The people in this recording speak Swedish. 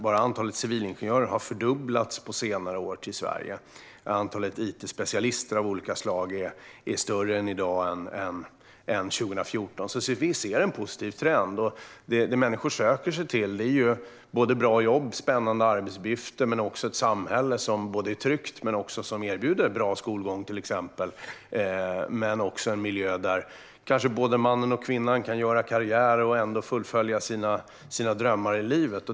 Bara antalet civilingenjörer som söker sig till Sverige har fördubblats på senare år, och antalet it-specialister av olika slag är större i dag än 2014. Vi ser alltså en positiv trend. Det människor söker sig till är bra jobb och spännande arbetsuppgifter men också ett samhälle som både är tryggt och erbjuder till exempel bra skolgång - men också en miljö där kanske både mannen och kvinnan kan göra karriär och ändå fullfölja sina drömmar i livet.